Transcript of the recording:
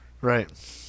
Right